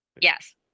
Yes